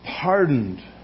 pardoned